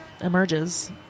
emerges